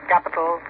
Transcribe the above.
capital